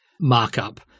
markup